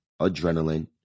adrenaline